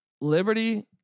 Liberty